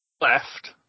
left